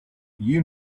you